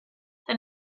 then